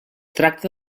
tracta